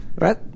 Right